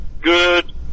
Good